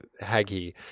Haggy